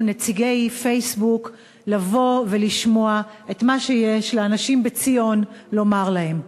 נציגי פייסבוק לבוא ולשמוע את מה שיש לאנשים בציון לומר להם.